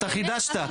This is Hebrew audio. אתה חידשת,